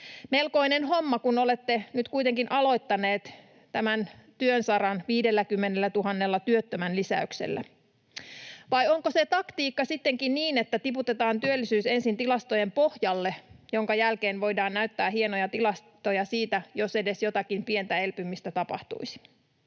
Melkoinen homma, kun olette nyt kuitenkin aloittaneet tämän työnsaran 50 000 työttömän lisäyksellä. Vai onko se taktiikka sittenkin niin, että tiputetaan työllisyys ensin tilastojen pohjalle, jonka jälkeen voidaan näyttää hienoja tilastoja siitä, jos edes jotakin pientä elpymistä tapahtuisi?